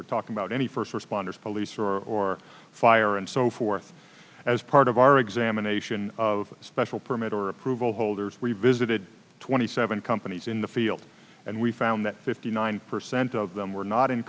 we're talking about any first responders police or fire and so forth as part of our examination of special permit or approval holders we visited twenty seven companies in the field and we found that fifty nine percent of them were not in